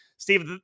Steve